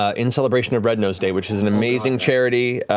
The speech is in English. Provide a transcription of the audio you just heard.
ah in celebration of red nose day, which is an amazing charity.